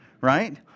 right